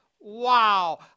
Wow